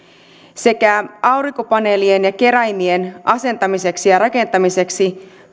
sekä tarvitaan toimenpidelupa aurinkopaneelien ja keräimien asentamiseksi ja rakentamiseksi